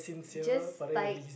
just type